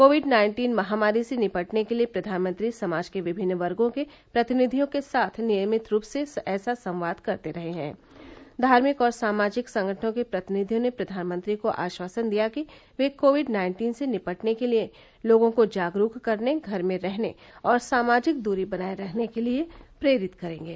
Covid nineteen महामारी से निपटने के लिए प्रधानमंत्री समाज के विभिन्न वर्गो के प्रतिनिधियों के साथ नियमित रूप से ऐसा संवाद करते रहे हैं धार्मिक और सामाजिक संगठनों के प्रतिनिधियों ने प्रधानमंत्री को आश्वासन दिया कि वे कोविड नाइन्टीन से निपटने के लिए लोगों को जागरूक करने घर में रहने और सामाजिक दूरी बनाए रहने के लिए प्रेरित करेंगे